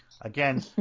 again